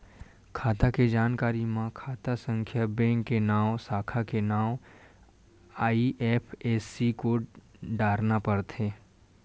खाता के जानकारी म खाता संख्या, बेंक के नांव, साखा के नांव, आई.एफ.एस.सी कोड डारना परथे